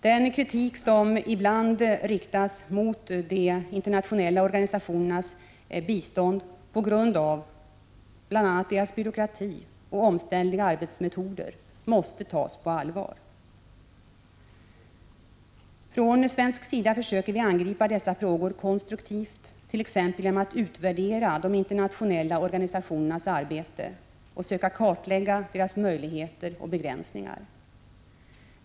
Den kritik som ibland riktas mot de internationella organisationernas bistånd på grund av bl.a. deras byråkrati och omständliga arbetsmetoder måste tas på allvar. Från svensk sida försöker vi angripa dessa frågor konstruktivt, t.ex. genom att utvärdera de internationella organisationernas arbete och söka kartlägga deras möjligheter och begränsningar.